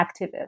activist